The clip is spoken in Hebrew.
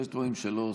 יש דברים שלא עושים,